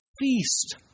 feast